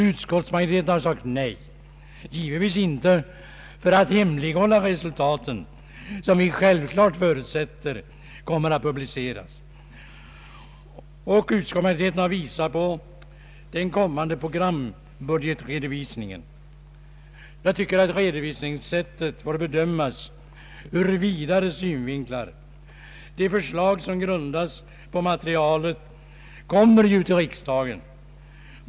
Utskottsmajoriteten har sagt nej — givetvis inte för att hemlighålla resultaten, som vi förutsätter kommer att publiceras — och visat på den kommande programbudgetredovisningen. Jag tycker att redovisningssättet får bedömas ur vidare synvinklar. De förslag som grundas på materialet kommer ju till riksdagen.